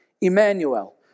Emmanuel